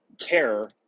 care